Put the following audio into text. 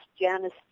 Janice